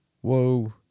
whoa